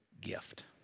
gift